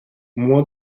moins